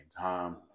time